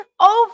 over